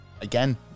again